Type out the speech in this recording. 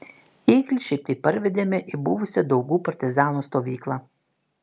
ėglį šiaip taip parvedėme į buvusią daugų partizanų stovyklą